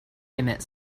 emmett